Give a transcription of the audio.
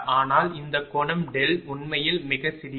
ஆனால் இந்த கோணம் உண்மையில் மிகச் சிறியது